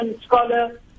scholar